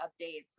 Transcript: updates